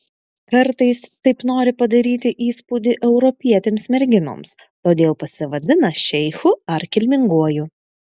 kartais taip nori padaryti įspūdį europietėms merginoms todėl pasivadina šeichu ar kilminguoju